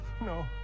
No